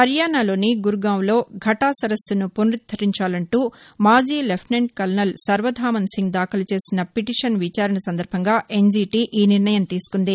హర్యానాలోని గురుగామ్లో ఘటా సరస్సును పునరుద్దరించాలంటూ మాజీ లెఫ్టినెంట్ కల్నల్ సర్వధామన్ సింగ్ దాఖలు చేసిన పిటిషన్ విచారణ సందర్బంగా ఎన్షీటీ ఈ నిర్ణయం తీసుకుంది